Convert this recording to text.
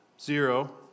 Zero